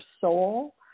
soul